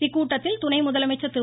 இக்கூட்டத்தில் துணை முதலமைச்சர் திரு